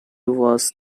was